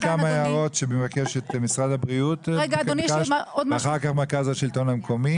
יש עוד כמה הערות של משרד הבריאות ואחר כך מרכז השלטון המקומי.